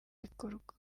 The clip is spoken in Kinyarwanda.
rikorwa